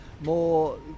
more